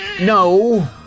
No